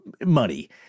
money